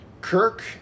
Kirk